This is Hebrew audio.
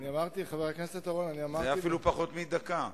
זה היה אפילו פחות מדקה.